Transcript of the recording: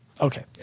Okay